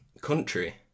country